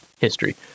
history